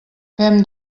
fem